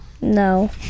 no